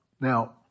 Now